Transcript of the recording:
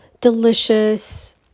delicious